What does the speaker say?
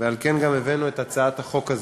ועל כן גם הבאנו את הצעת החוק הזו.